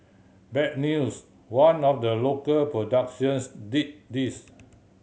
bad news one of the local productions did this